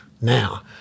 now